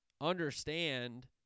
understand